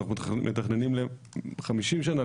אנחנו מתכננים ל-50 שנה,